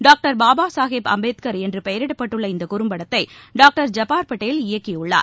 doctor Baba Saheb Ambedkar என்று பெயரிடப்பட்டுள்ள இந்த குறும்படத்தை டாக்டர் ஜப்பார் பட்டேல் இயக்கி உள்ளார்